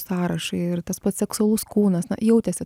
sąrašai ir tas pats seksualus kūnas na jautėsi